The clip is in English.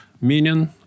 meaning